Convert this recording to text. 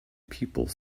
people